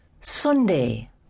Sunday